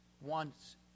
wants